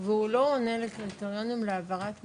והוא לא עונה לקריטריונים להעברת מידע,